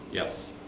yes?